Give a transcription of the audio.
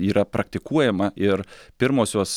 yra praktikuojama ir pirmosios